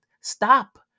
stop